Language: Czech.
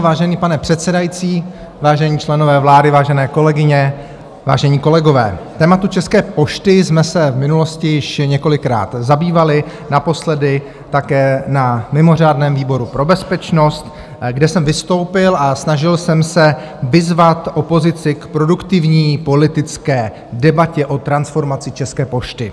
Vážený pane předsedající, vážení členové vlády, vážené kolegyně, vážení kolegové, tématem České pošty jsme se v minulosti již několikrát zabývali, naposledy také na mimořádném výboru pro bezpečnost, kde jsem vystoupil a snažil jsem se vyzvat opozici k produktivní politické debatě o transformaci České pošty.